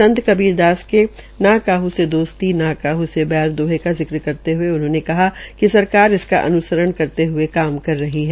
संत कबीर दास के ना काह से दोस्ती ना काह से बैर दौहे का जिक्र करते ह्ये उन्होंने कहा कि सरकार इसका अनुसरण करते ह्ये काम कर रही है